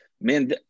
Man